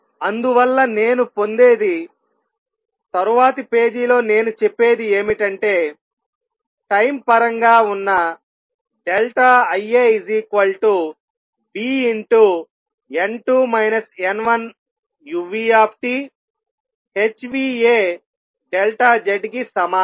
అందువల్ల నేను పొందేది తరువాతి పేజీలో నేను చెప్పేది ఏమిటంటే టైం పరంగా ఉన్న I a Bn2 n1uThνaZ కి సమానం